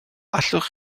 allwch